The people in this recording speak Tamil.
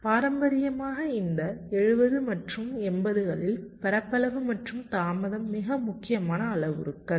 பாரம்பரியமாக இந்த 70 மற்றும் 80 களில் பரப்பளவு மற்றும் தாமதம் மிக முக்கியமான அளவுருக்கள்